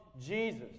Jesus